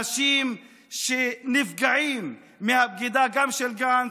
אנשים שנפגעים מהבגידה, גם של גנץ,